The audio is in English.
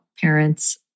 parents